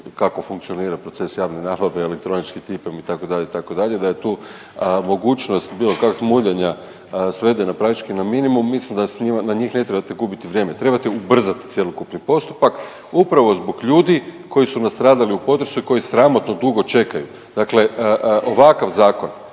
kako funkcionira proces javne nabave i elektronički tip itd., itd., da je tu mogućnost bilo kakvih muljanja svedena praktički na minimum, mislim da na njih ne trebate gubiti vrijeme, trebate ubrzati cjelokupni postupak upravo zbog ljudi koji su nastradali u potresu i koji sramotno dugo čekaju. Dakle, ovakav zakon